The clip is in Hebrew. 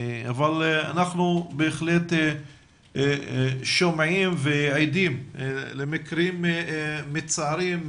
אבל אנחנו בהחלט שומעים ועדים למקרים מצערים,